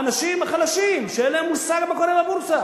האנשים החלשים, שאין להם מושג מה קורה בבורסה.